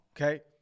Okay